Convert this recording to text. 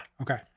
okay